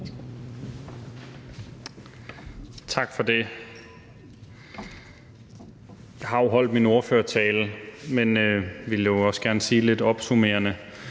Tak for det. Jeg har jo holdt min ordførertale, men jeg vil også gerne sige noget lidt opsummerende.